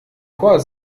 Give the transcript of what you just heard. chor